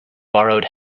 borrowed